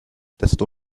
desto